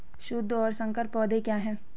शुद्ध और संकर पौधे क्या हैं?